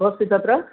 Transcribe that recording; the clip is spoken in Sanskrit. कोस्ति तत्र